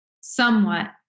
somewhat